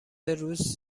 روز